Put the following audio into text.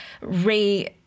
re-